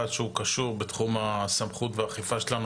שהוא קשור בתחום הסמכות והאכיפה שלנו,